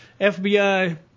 FBI